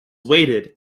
weighted